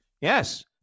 Yes